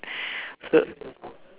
so